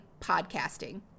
podcasting